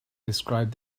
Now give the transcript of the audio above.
describe